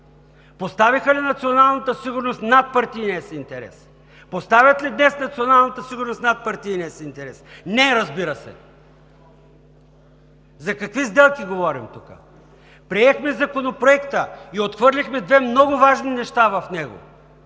Поставиха ли националната сигурност над партийния си интерес? Поставят ли днес националната сигурност над партийния си интерес? Не, разбира се! (Шум и реплики.) За какви сделки говорим тук? Приехме Законопроекта и отхвърлихме две много важни неща в него,